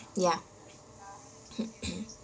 ya